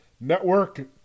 Network